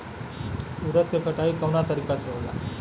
उरद के कटाई कवना तरीका से होला?